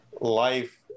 life